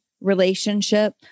relationship